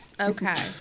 Okay